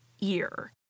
ear